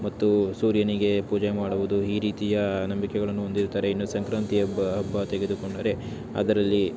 ಮತ್ತು ಸೂರ್ಯನಿಗೆ ಪೂಜೆ ಮಾಡುವುದು ಈ ರೀತಿಯ ನಂಬಿಕೆಗಳನ್ನು ಹೊಂದಿರುತ್ತಾರೆ ಇನ್ನು ಸಂಕ್ರಾಂತಿ ಹಬ್ಬ ಹಬ್ಬ ತೆಗೆದುಕೊಂಡರೆ ಅದರಲ್ಲಿ